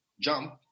jump